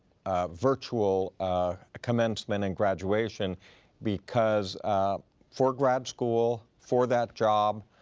virtual commencement and graduation because for grad school, for that job,